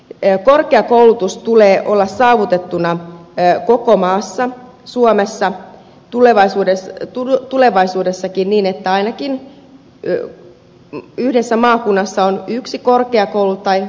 uudistamisesta että korkeakoulutuksen tulee olla saavutettuna koko maassa suomessa tulevaisuudessakin niin että yhdessä maakunnassa on ainakin yksi korkeakoulu tai korkeakouluja